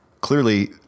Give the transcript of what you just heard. Clearly